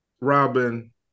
Robin